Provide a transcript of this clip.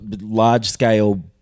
large-scale